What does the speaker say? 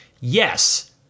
yes